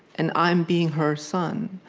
and i'm, being her son,